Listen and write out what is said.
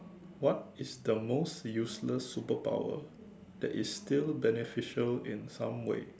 what is the most useless superpower that is still beneficial in some ways